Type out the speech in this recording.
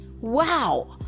Wow